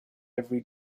every